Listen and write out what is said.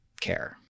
care